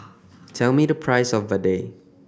tell me the price of vadai